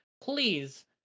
please